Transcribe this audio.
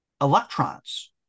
electrons